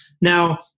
Now